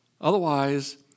Otherwise